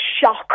shock